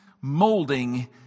molding